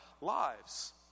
lives